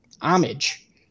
homage